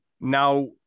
now